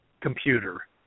computer